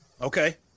Okay